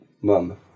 mum